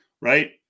right